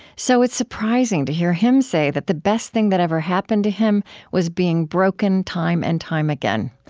so it's surprising to hear him say that the best thing that ever happened to him was being broken, time and time again.